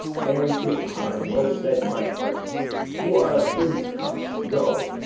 marry, tis time well said, my hearts you are a princox go!